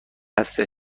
هستن